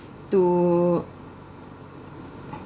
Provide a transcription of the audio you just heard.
to